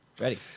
Ready